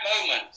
moment